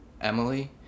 Emily